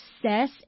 success